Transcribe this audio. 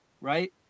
right